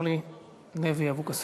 חברת הכנסת אורלי לוי אבקסיס.